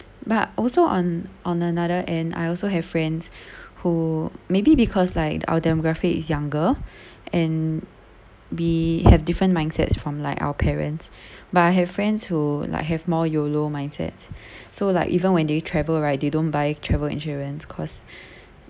but also on on another end I also have friends who maybe because like our demographic is younger and we have different mindsets from like our parents but I have friends who like have more YOLO mindset so like even when they travel right they don't buy travel insurance cause